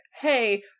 hey